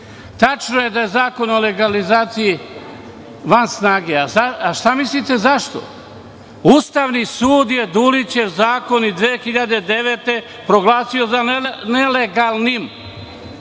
je da je Zakon o legalizaciji van snage. Šta mislite zašto? Ustavni sud je Dulićev zakon iz 2009. godine, proglasio nelegalnim